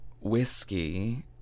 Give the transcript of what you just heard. whiskey